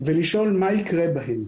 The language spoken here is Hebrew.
ולשאול מה יקרה בהם.